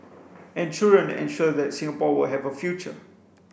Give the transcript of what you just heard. and children ensure that Singapore will have a future